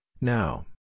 now